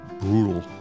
brutal